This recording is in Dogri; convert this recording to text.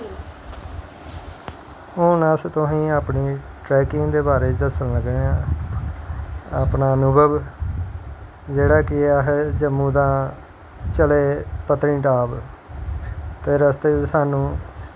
हून अस तुसेंगी अपनी ट्रैकिंग दे बारे च दस्सनां लगे आं अपनां कि मतलव जेह्ड़ी अस जम्मू दा चले पतनीटॉप ते रस्ते च साह्नू